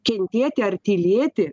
kentėti ar tylėti